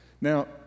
Now